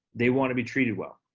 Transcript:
they want to be treated well.